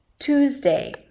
Tuesday